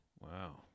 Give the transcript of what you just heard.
Wow